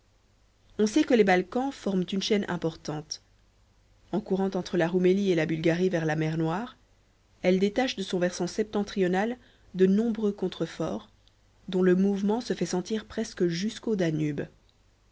on sait que les balkans forment une chaîne importante en courant entre la roumélie et la bulgarie vers la mer noire elle détache de son versant septentrional de nombreux contreforts dont le mouvement se fait sentir presque jusqu'au danube